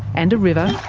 and a river.